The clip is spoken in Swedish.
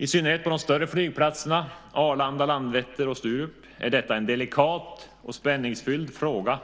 I synnerhet på de större flygplatserna Arlanda, Landvetter och Sturup är detta en delikat och spänningsfylld fråga.